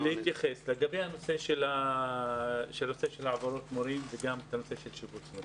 לגבי הנושא של העברות מורים ונושא שיבוץ המורים.